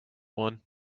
one